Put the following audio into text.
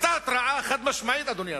היתה התרעה חד-משמעית, אדוני השר.